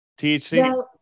THC